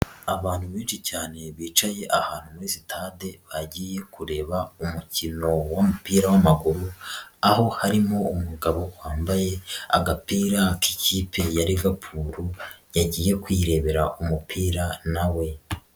Abantu benshi cyane bicaye ahantu muri sitade bagiye kureba umukino w'umupira w'amaguru, aho harimo umugabo wambaye agapira k'ikipe ya Liverpool, yagiye kwirebera umupira na we.